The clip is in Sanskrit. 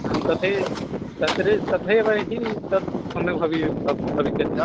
आं तथैव तत्र तथैव हि तद् सम्यक् भवेत् भवति भविष्यति